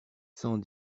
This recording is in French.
cent